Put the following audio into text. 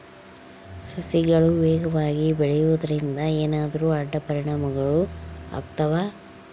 ಸಸಿಗಳು ವೇಗವಾಗಿ ಬೆಳೆಯುವದರಿಂದ ಏನಾದರೂ ಅಡ್ಡ ಪರಿಣಾಮಗಳು ಆಗ್ತವಾ?